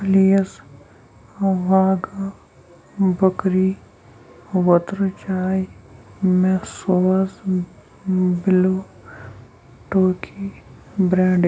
please واگہ بکری ووترٕ چاے مےٚ سوز بِلوٗ ٹوکی برینڈٕ